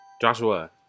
Joshua